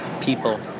people